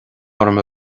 orm